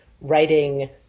Writing